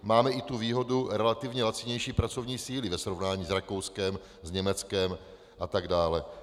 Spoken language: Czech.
Máme i výhodu relativně lacinější pracovní síly ve srovnání s Rakouskem, Německem a tak dále.